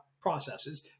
processes